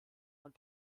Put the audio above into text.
und